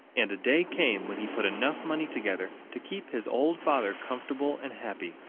and a day came when he put enough money together to keep his old father comfortable and happy.